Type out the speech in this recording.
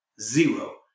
Zero